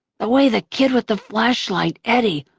the way the kid with the flashlight, eddie,